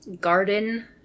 garden